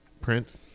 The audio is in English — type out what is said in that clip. print